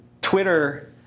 Twitter